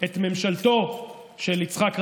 ממשלתו של יצחק רבין,